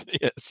Yes